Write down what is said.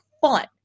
fun